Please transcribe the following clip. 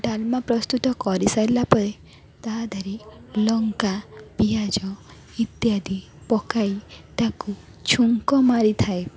ଡାଲମା ପ୍ରସ୍ତୁତ କରିସାରିଲା ପରେ ତା'ଦେହରେ ଲଙ୍କା ପିଆଜ ଇତ୍ୟାଦି ପକାଇ ତାକୁ ଛୁଙ୍କ ମାରିଥାଏ